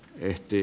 puhemies